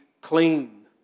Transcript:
clean